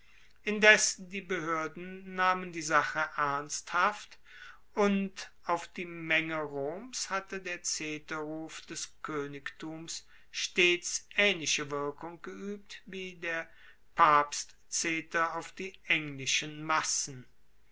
indes die behoerden nahmen die sache ernsthaft und auf die menge roms hat der zeterruf des koenigtums stets aehnliche wirkung geuebt wie der papstzeter auf die englischen massen